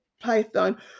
python